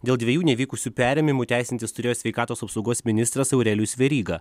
dėl dviejų nevykusių perėmimų teisintis turėjo sveikatos apsaugos ministras aurelijus veryga